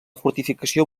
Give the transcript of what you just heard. fortificació